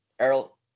Errol